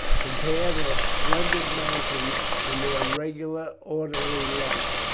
compare their splendid mansions and their regular orderly life,